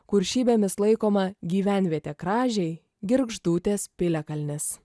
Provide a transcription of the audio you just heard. kuršybėmis laikoma gyvenvietė kražiai girgždūtės piliakalnis